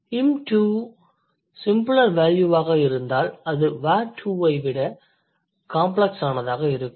m tu simpler வேல்யூவாக இருந்தால் அது wa tuஐ விட காம்ப்ளக்ஸானதாக இருக்கும்